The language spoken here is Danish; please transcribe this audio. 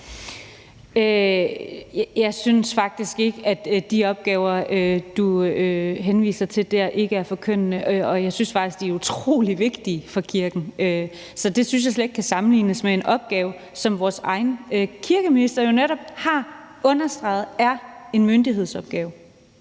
Jeg synes faktisk ikke, at de opgaver, du henviser til der, ikke er forkyndende, og jeg synes faktisk, de er utrolig vigtige for kirken. Så det synes jeg slet ikke kan sammenlignes med en opgave, som vores egen kirkeminister jo netop har understreget er en myndighedsopgave.